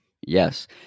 Yes